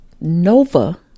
Nova